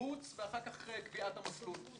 שיבוץ ואחר כך קביעת המסלול.